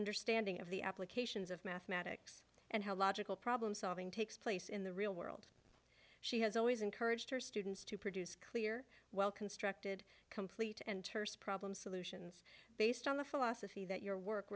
understanding of the applications of mathematics and how logical problem solving takes place in the real world she has always encouraged her students to produce clear well constructed complete and terse problem solutions based on the philosophy that your work